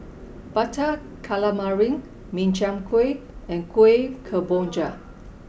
Butter Calamari Min Chiang Kueh and Kuih Kemboja